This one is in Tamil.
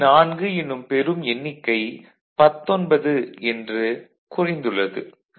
34 என்னும் பெரும் எண்ணிக்கை 19 என குறைந்துள்ளது